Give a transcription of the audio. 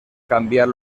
cambiar